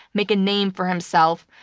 make a name for himself,